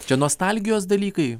čia nostalgijos dalykai